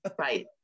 Right